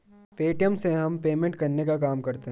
Paytm से हम payment करने का काम करते है